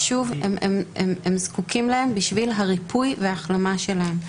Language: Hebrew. הם זקוקים להם עבור הריפוי וההחלמה שלהם.